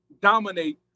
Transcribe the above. dominate